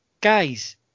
guys